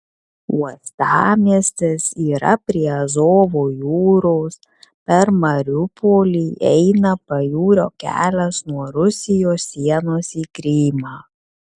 uostamiestis yra prie azovo jūros per mariupolį eina pajūrio kelias nuo rusijos sienos į krymą